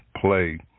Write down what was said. play